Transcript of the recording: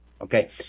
okay